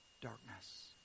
darkness